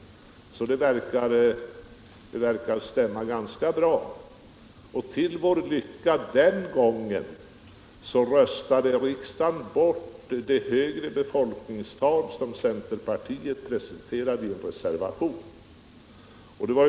Det verkar alltså att stämma ganska bra. Till vår lycka röstade riksdagen bort förslaget om det högre befolkningstal som centerpartiet presenterade i en reservation.